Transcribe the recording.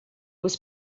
was